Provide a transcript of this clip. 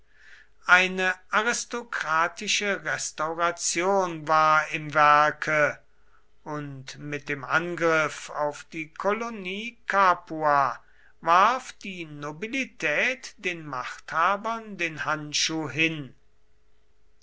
eine aristokratische restauration war im werke und mit dem angriff auf die kolonie capua warf die nobilität den machthabern den handschuh hin